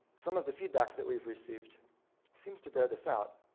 some of the feedback that we've received seems to bear this out.